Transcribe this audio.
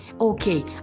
okay